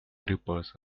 grippers